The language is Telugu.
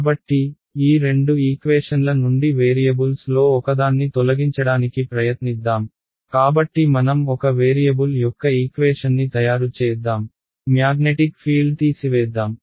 కాబట్టి ఈ రెండు ఈక్వేషన్ల నుండి వేరియబుల్స్లో ఒకదాన్ని తొలగించడానికి ప్రయత్నిద్దాం కాబట్టి మనం ఒక వేరియబుల్ యొక్క ఈక్వేషన్ని తయారు చేద్దాం మ్యాగ్నెటిక్ ఫీల్డ్ తీసివేద్దాం